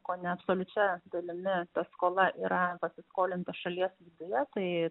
kone absoliučia dalimi ta skola yra pasiskolinta šalies viduje tai